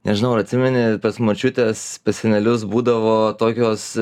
nežinau ar atsimeni tas močiutes senelius būdavo tokios